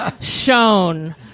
shown